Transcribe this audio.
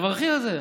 תברכי על זה.